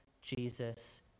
Jesus